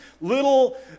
little